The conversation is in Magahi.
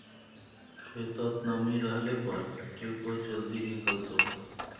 खेतत नमी रहले पर टेको जल्दी निकलतोक